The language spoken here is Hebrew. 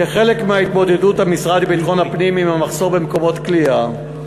כחלק מהתמודדות המשרד לביטחון הפנים עם המחסור במקומות כליאה,